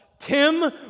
Tim